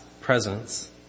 presence